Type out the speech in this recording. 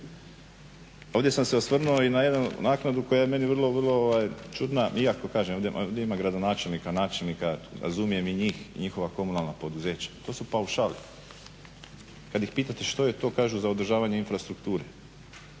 Ovdje sam se osvrnuo i na jednu naknadu koja je meni vrlo čudna, iako kažem ovdje ima gradonačelnika, načelnika razumijem i njih i njihova komunalna poduzeća. To su paušali. Kad ih pitate što je to, kažu za održavanje infrastrukture.